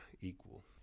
equal